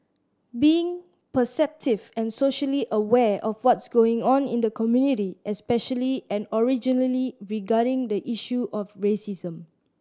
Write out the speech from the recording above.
being perceptive and socially aware of what's going on in the community especially and originally regarding the issue of racism